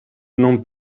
non